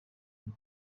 ubu